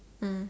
mm